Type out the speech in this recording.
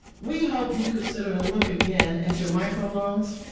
we hope you consider and look again at your microloans,